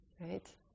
right